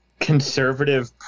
conservative